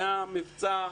היה מבצע,